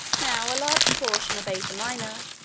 now a large portion of asia minor,